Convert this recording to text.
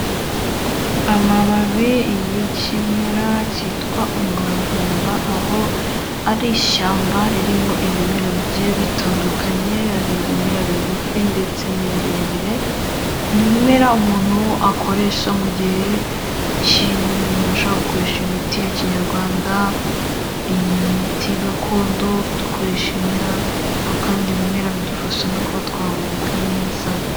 Amababi y'ikimera cyitwa umuravumba, aho ari ishyamba ririmo ibimera bigiye bitandukanye, ari ibimera bigufi ndetse n'ibirebire, ni ibimera umuntu akoresha mu gihe umuntu ashobora gukoresha imiti ya kinyarwanda, imiti gakondo, dukoresha ibimera, aho kandi ibimera bidufasha no kuba twahumeka neza.